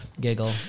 giggle